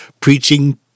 preaching